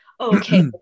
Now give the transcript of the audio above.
okay